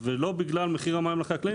ולא בגלל מחיר המים לחקלאים,